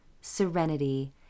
serenity